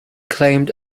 claimed